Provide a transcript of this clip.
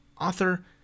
author